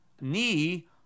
knee